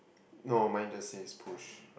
no mine just says push